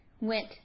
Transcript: went